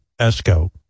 Esco